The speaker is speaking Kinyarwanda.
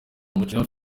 umukinnyi